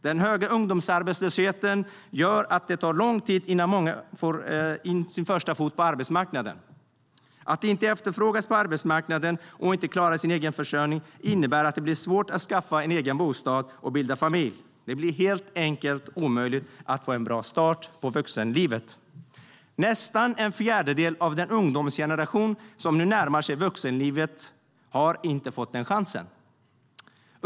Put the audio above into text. Den höga ungdomsarbetslösheten gör att det tar lång tid innan många unga får in en första fot på arbetsmarknaden. Att inte efterfrågas på arbetsmarknaden och inte klara sin egen försörjning innebär att det blir svårt att skaffa egen bostad och bilda familj. Det blir helt enkelt omöjligt att få en bra start på vuxenlivet. Nästan en fjärdedel av den ungdomsgeneration som nu närmar sig vuxenlivet har inte fått den chansen.